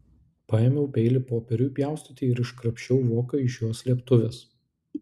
paėmiau peilį popieriui pjaustyti ir iškrapščiau voką iš jo slėptuvės